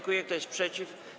Kto jest przeciw?